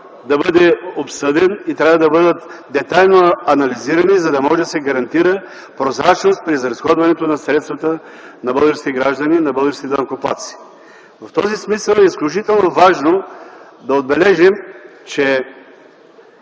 да бъдат обсъдени и детайлно анализирани, за да може да се гарантира прозрачност при изразходването на средствата на българските граждани и данъкоплатци. В този смисъл е изключително важно да отбележим, че